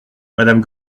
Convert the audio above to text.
madame